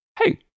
Hey